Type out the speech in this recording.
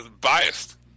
biased